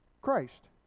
Christ